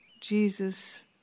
Jesus